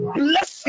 bless